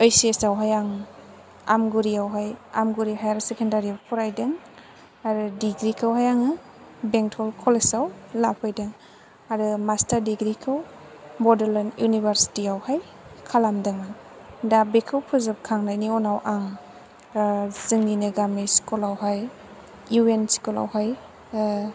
ओइस एस आव हाय आं आमगुरियावहाय आमगुरि हाइयेर सेकेन्दारि याव फराइदों आरो डिग्रीखौहाय आङो बेंटल कलेजाव लाफैदों आरो मास्तार डिग्रीखौ बड'लेण्ड इउनिभारसिटियावहाय खालामदोंमोन दा बेखौ फोजोब खांनायनि उनाव आं जोंनिनो गामि स्कुलावहाय इउ एन स्कूल आवहाय